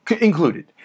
included